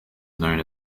known